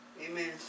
Amen